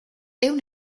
ehun